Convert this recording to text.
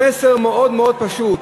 מאוד פשוט,